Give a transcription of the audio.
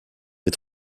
les